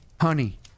Honey